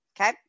Okay